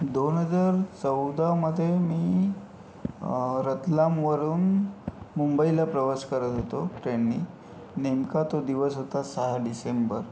दोन हजार चौदामध्ये मी रतलामवरून मुंबईला प्रवास करत होतो ट्रेननी नेमका तो दिवस होता सहा डिसेंबर